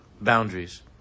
boundaries